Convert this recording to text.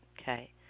Okay